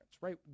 right